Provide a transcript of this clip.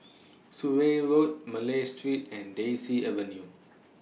Surrey Road Malay Street and Daisy Avenue